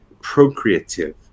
procreative